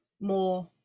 more